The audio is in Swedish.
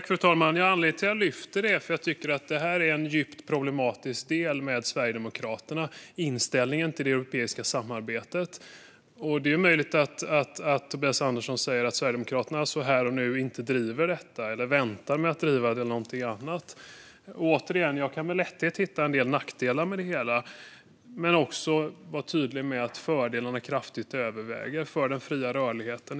Fru talman! Anledningen till att jag lyfter upp detta är att jag tycker att inställningen till det europeiska samarbetet är en djupt problematisk del i fråga om Sverigedemokraterna. Det är möjligt att Tobias Andersson säger att Sverigedemokraterna här och nu inte driver detta eller väntar med att driva det eller någonting annat. Återigen: Jag kan med lätthet hitta en del nackdelar med det hela men också vara tydlig med att fördelarna kraftigt överväger för den fria rörligheten.